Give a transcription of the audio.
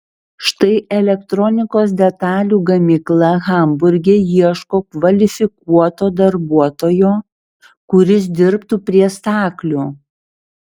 štai elektronikos detalių gamykla hamburge ieško kvalifikuoto darbuotojo kuris dirbtų prie staklių